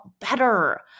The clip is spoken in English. better